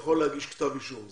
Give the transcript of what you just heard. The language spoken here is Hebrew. יכול להגיש כתב אישום.